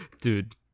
Dude